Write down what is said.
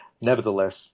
Nevertheless